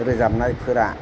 रोजाबनायफोरा